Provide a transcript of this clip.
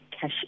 cash